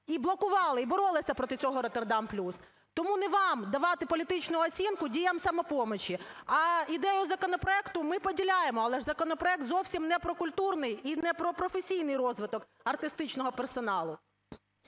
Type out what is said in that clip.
і блокували, і боролися проти цього "Роттердам плюс". Тому не вам давати політичну оцінку діям "Самопомочі". А ідею законопроекту ми поділяємо, але ж законопроект зовсім не про культурний і не про професійний розвиток артистичного персоналу.